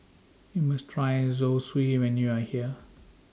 YOU must Try Zosui when YOU Are here